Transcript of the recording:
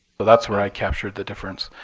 but that's where i captured the difference.